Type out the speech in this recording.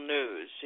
News